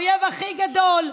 האויב הכי גדול,